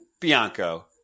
Bianco